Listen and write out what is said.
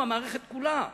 המערכת כולה,